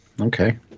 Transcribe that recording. okay